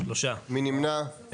3 נמנעים,